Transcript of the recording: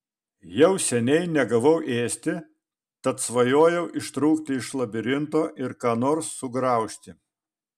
jau seniai negavau ėsti tad svajojau ištrūkti iš labirinto ir ką nors sugraužti